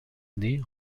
nés